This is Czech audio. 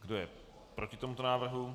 Kdo je proti tomuto návrhu?